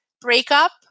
breakup